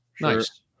Nice